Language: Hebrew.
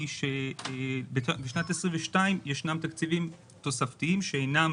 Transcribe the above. בשנת 2022 ישנם תקציבים תוספתיים שאינם